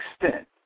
extent